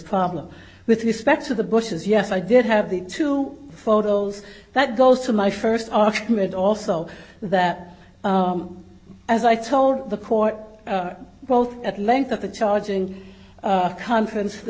problem with respect to the bushes yes i did have the two photos that goes to my first argument also that as i told the court both at length of the charging conference the